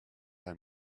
i’m